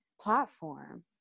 platform